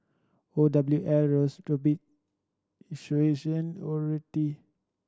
O W L Horti